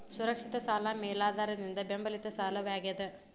ಸುರಕ್ಷಿತ ಸಾಲ ಮೇಲಾಧಾರದಿಂದ ಬೆಂಬಲಿತ ಸಾಲವಾಗ್ಯಾದ